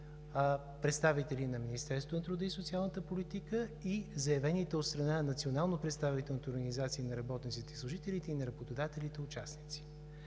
представители на Министерството на труда и социалната политика и заявените участници от страна на национално представителните организации на работниците и служителите и на работодателите. Така